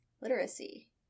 literacy